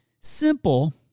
simple